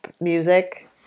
music